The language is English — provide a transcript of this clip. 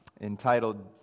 entitled